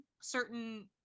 certain